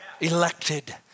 elected